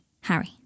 Harry